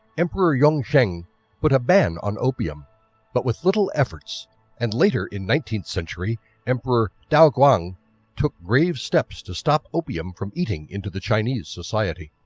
emperor yongzheng put a ban on opium but with little efforts and later in nineteenth century emperor daoguang took grave steps to stop opium from eating into the chinese society.